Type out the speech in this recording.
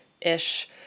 ish